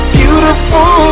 beautiful